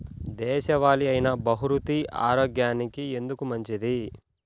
దేశవాలి అయినా బహ్రూతి ఆరోగ్యానికి ఎందుకు మంచిది?